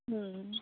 হুম